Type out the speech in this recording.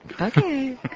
Okay